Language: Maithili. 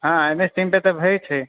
हॅं एम एस टीम पर तऽ होइ छै